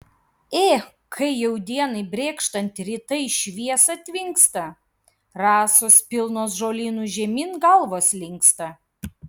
ė kai jau dienai brėkštant rytai šviesa tvinksta rasos pilnos žolynų žemyn galvos linksta